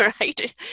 right